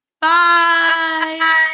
Bye